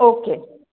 okay